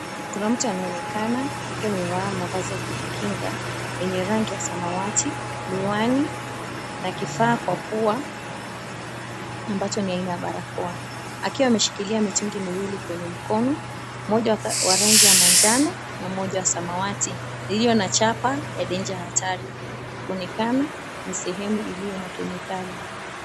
Kuna mtu anaonekana akiwa amevaa mavazi ya kujikinga yenye rangi ya samawati, miwani na kifaa kwa pua ambacho ni aina ya barakoa, akiwa ameshikilia mitungi miwili kwenye mikono, moja wa rangi ya manjano na ,moja wa samawati lililo na chapa ya "danger hatari", kuonekana ni sehemu iliyo na kemikali.